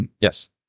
Yes